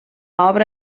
obra